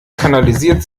kanalisiert